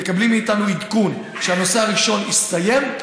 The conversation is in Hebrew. תקבלי מאיתנו עדכון שהנושא הראשון יסתיים.